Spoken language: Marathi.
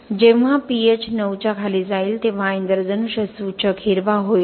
जेव्हा pH 9 च्या खाली जाईल तेव्हा हा इंद्रधनुष्य सूचक हिरवा होईल